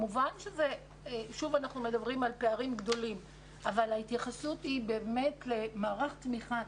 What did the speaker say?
אנחנו מדברים על פערים גדולים אבל ההתייחסות היא באמת למערך תמיכה,